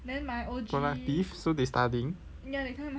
productive so they studying